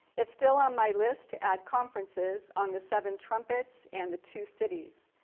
it's still on my list to add conferences on the seven trumpets and the two cities.